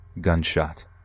Gunshot